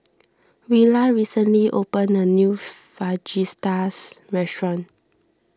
Willa recently opened a new Fajitas Restaurant